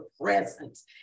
presence